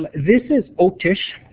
this is osh-tisch,